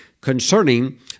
concerning